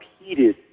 repeated